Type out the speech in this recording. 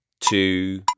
two